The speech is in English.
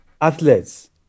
athletes